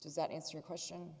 does that answer your question